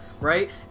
right